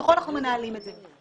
שבתוכו אנחנו מנהלים את זה.